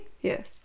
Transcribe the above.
Yes